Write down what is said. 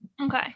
Okay